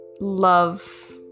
love